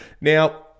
Now